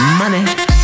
Money